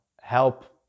help